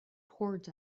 towards